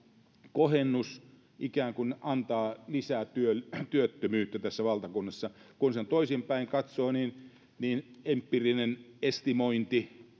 kohennus ikään kuin antaa lisää työttömyyttä tässä valtakunnassa kun sen toisinpäin katsoo niin niin empiirinen estimointi